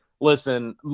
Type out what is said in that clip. listen